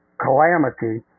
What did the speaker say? calamity